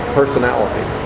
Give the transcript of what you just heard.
personality